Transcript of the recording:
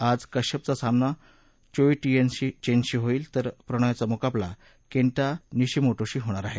आज कश्यपचा सामना चोऊ टिएन चेनशी होईल तर प्रणॉयचा मुकाबला केंटा निशीमोटोशी होणार आहे